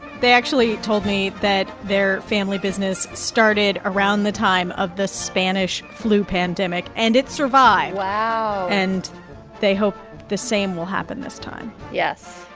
they actually told me that their family business started around the time of the spanish flu pandemic, and it survived wow and they hope the same will happen this time yes.